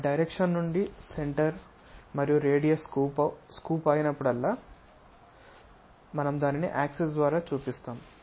ఆ డైరెక్షన్ నుండి సెంటర్ మరియు రేడియస్ స్కూప్ అయినప్పుడల్లా మనం దానిని యాక్సిస్ ద్వారా చూపిస్తాము